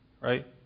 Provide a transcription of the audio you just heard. Right